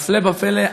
והפלא ופלא,